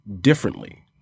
differently